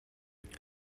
ydych